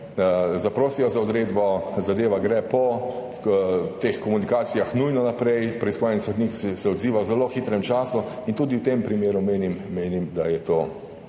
zaprosijo za odredbo, zadeva gre po teh komunikacijah nujno naprej, preiskovalni sodnik se odziva v zelo hitrem času. Tudi v tem primeru menim, da je to